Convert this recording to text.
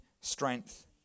strength